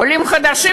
לעולים חדשים,